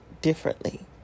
differently